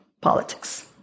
politics